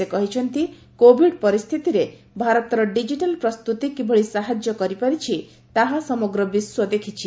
ସେ କହିଛନ୍ତି କୋବିଡ୍ ପରିସ୍ଥିତିରେ ଭାରତର ଡିଜିଟାଲ୍ ପ୍ରସ୍ତୁତି କିଭଳି ସାହାଯ୍ୟ କରିପାରିଛି ତାହା ସମଗ୍ର ବିଶ୍ୱ ଦେଖିଛି